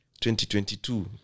2022